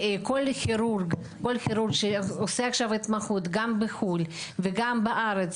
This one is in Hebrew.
כל כירורג שעושה עכשיו התמחות, גם בחו"ל וגם בארץ